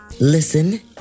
Listen